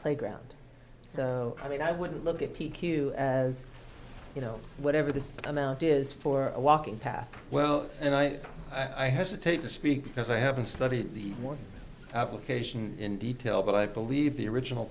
playground so i mean i wouldn't look at p q as you know whatever the amount is for a walking path well and i i hesitate to speak because i haven't studied the one application in detail but i believe the original